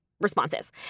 responses